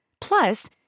Plus